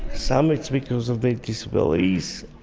some, it's because of their disabilities.